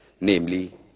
namely